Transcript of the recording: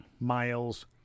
miles